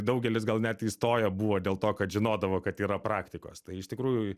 daugelis gal net įstoję buvo dėl to kad žinodavo kad yra praktikos tai iš tikrųjų